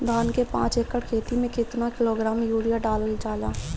धान के पाँच एकड़ खेती में केतना किलोग्राम यूरिया डालल जाला?